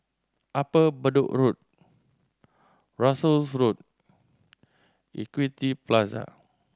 Upper Bedok Road Russels Road Equity Plaza